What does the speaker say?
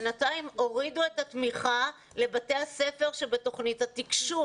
בינתיים הורידו את התמיכה לבתי הספר שבתוכנית התקשוב